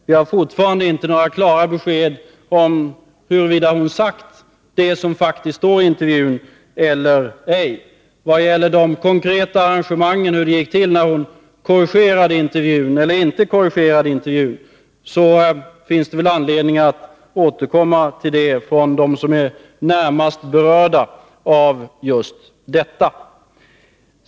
Vi har fortfarande inte några klara besked om huruvida hon sagt det som faktiskt står i intervjun eller ej. De konkreta arrangemangen — hur det gick till när hon korrigerade eller inte korrigerade intervjun — finns det all anledning att återkomma till för dem som är närmast berörda av just detta.